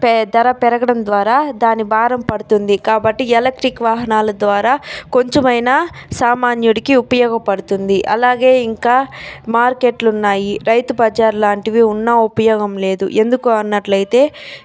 ధర పెరగడం ద్వారా దాని భారం పడుతుంది కాబట్టి ఎలక్ట్రిక్ వాహనాల ద్వారా కొంచెమైనా సామాన్యుడికి ఉపయోగపడుతుంది అలాగే ఇంకా మార్కెట్లు ఉన్నాయి రైతు బజార్ లాంటివి ఉన్న ఉపయోగం లేదు ఎందుకు అన్నట్లయితే